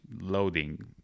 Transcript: loading